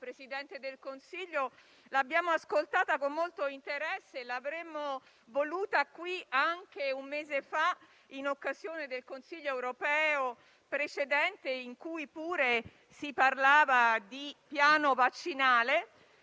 Presidente del Consiglio, l'abbiamo ascoltata con molto interesse e l'avremmo voluta qui anche un mese fa, in occasione del Consiglio europeo precedente, in cui pure si parlava di piano vaccinale.